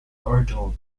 original